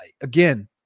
again